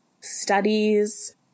studies